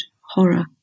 horror